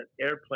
airplane